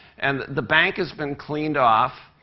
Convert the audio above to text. and the bank has been cleaned off,